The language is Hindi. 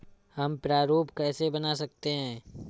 हम प्रारूप कैसे बना सकते हैं?